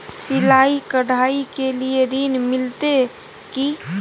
सिलाई, कढ़ाई के लिए ऋण मिलते की?